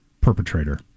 perpetrator